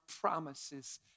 promises